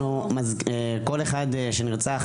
כל אחד שנצרח,